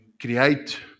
create